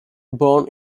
born